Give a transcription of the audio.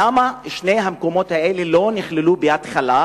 למה שני המקומות האלה לא נכללו בהתחלה,